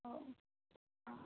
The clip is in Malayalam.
ഓ ആ